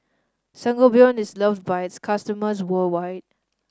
Sangobion is loved by its customers worldwide